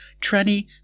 tranny